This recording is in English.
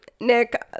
Nick